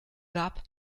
gab